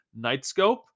Nightscope